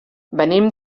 venim